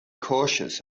cautious